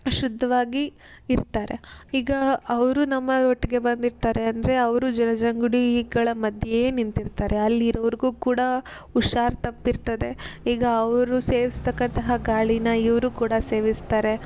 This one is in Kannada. ಶುದ್ಧವಾಗಿ ಇರ್ತಾರೆ ಈಗ ಅವರು ನಮ್ಮ ಒಟ್ಟಿಗೆ ಬಂದಿರ್ತಾರೆ ಅಂದರೆ ಅವರು ಜನಜಂಗುಳಿಗಳ ಮಧ್ಯೆಯೇ ನಿಂತಿರ್ತಾರೆ ಅಲ್ಲಿರೋರಿಗೆ ಕೂಡ ಹುಷಾರ್ ತಪ್ಪಿರುತ್ತದೆ ಈಗ ಅವರು ಸೇವಿಸ್ತಕ್ಕಂತಹ ಗಾಳಿನ ಇವರು ಕೂಡ ಸೇವಿಸ್ತಾರೆ